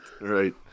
right